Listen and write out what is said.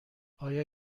آیا